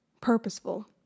purposeful